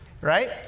Right